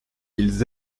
ils